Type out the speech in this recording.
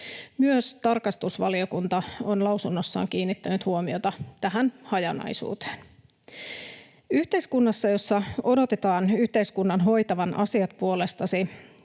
Myös tarkastusvaliokunta on lausunnossaan kiinnittänyt huomiota tähän hajanaisuuteen. Yhteiskunta, jossa odotetaan yhteiskunnan hoitavan asiat puolestasi,